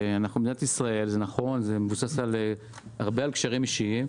מדינת ישראל מבוססת הרבה על קשרים אישיים,